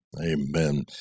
Amen